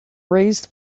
raised